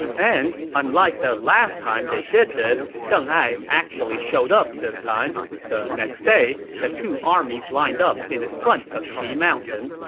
and unlike the last time they did this, deng ai actually showed up this time. the next day, the two armies lined up in front of qi mountain.